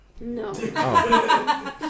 No